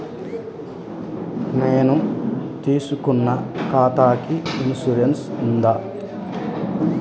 నేను తీసుకున్న ఖాతాకి ఇన్సూరెన్స్ ఉందా?